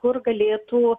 kur galėtų